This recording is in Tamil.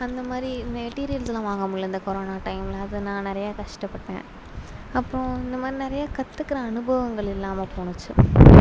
அந்த மாதிரி மெட்டீரியல்ஸ்லாம் வாங்கமுல்ல இந்த கொரோனா டைமில் அது நான் நிறையா கஷ்ட பட்டேன் அப்புறோம் இந்த மாதிரி நிறைய கற்றுக்குற அனுபவம் இல்லாம போணுச்சு